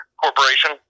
corporation